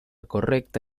correcta